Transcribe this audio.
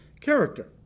character